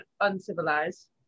uncivilized